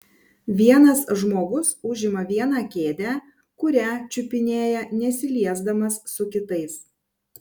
vienas žmogus užima vieną kėdę kurią čiupinėja nesiliesdamas su kitais